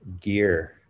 gear